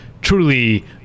truly